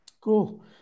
cool